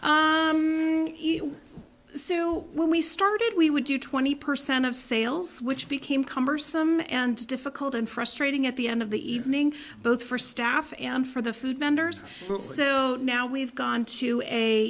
drugs so when we started we would do twenty percent of sales which became cumbersome and difficult and frustrating at the end of the evening both for staff and for the food vendors so now we've gone to a